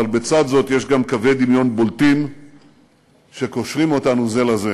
אבל בצד זאת יש גם קווי דמיון בולטים שקושרים אותנו אלה לאלה.